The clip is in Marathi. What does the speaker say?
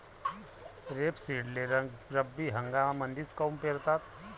रेपसीडले रब्बी हंगामामंदीच काऊन पेरतात?